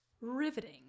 Riveting